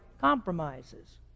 compromises